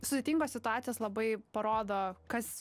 sudėtingos situacijos labai parodo kas